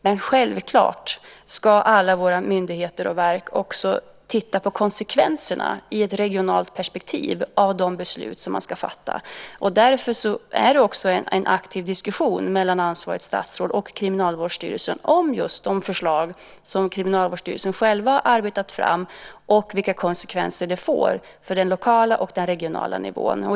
Men självklart ska alla våra myndigheter och verk också i ett regionalt perspektiv titta på konsekvenserna av de beslut som man ska fatta. Därför är det en aktiv diskussion mellan ansvarigt statsråd och Kriminalvårdsstyrelsen om just de förslag som Kriminalvårdsstyrelsen själv arbetat fram och vilka konsekvenser de får för den lokala och den regionala nivån.